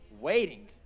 Waiting